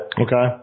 Okay